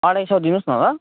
अढाई सौ दिनुहोस् न ल